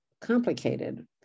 complicated